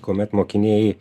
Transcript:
kuomet mokiniai